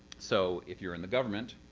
so if you're in the government,